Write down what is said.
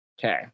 Okay